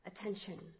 attention